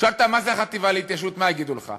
תשאל אותם מה זה החטיבה להתיישבות, מה יגידו לך?